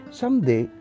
someday